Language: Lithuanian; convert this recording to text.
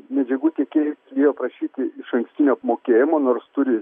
medžiagų tiekėjai bijo prašyti išankstinio apmokėjimo nors turi